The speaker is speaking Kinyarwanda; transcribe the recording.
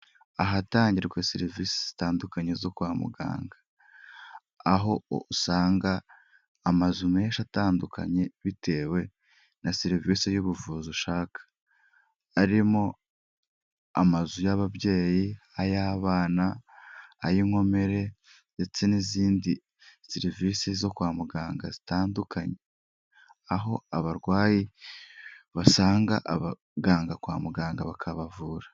Ahatangirwa serivisi zitandukanye zo kwa muganga, aho usanga amazu menshi atandukanye bitewe na serivisi y'ubuvuzi ushaka, arimo amazu y'ababyeyi, ay'abana, ay'inkomere ndetse n'izindi serivisi zo kwa muganga zitandukanye, aho abarwayi basanga abaganga kwa muganga bakabavura.